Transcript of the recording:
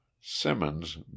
simmons